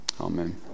amen